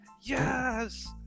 yes